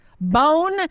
Bone